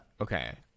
Okay